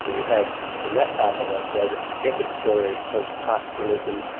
you have in that part of australia the epic story of of pastoralism,